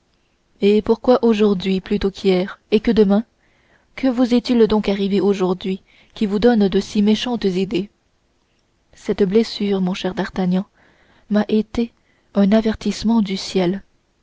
et pourquoi aujourd'hui plutôt qu'hier et que demain que vous est-il donc arrivé aujourd'hui qui vous donne de si méchantes idées cette blessure mon cher d'artagnan m'a été un avertissement du ciel